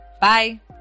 Bye